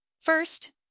First